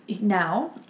Now